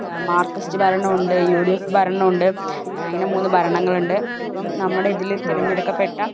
Marxist ഭരണം ഉണ്ട് U D F ഭരണം ഉണ്ട് അങ്ങനെ മൂന്ന് ഭരണങ്ങൾ ഉണ്ട് ഇപ്പം നമ്മുടെ ഇതിൽ തിരഞ്ഞെടുക്കപ്പെട്ട